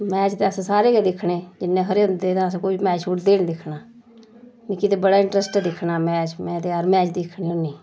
match ते अस सारे गै दिक्खने जिन्ने हारे होंदे ते अस कोई मैच छुड़दे नी दिक्खना मिकी ते बड़ा इंट्रस्ट ऐ दिक्खना मैच में ते हर मैच दिक्खनी होन्नी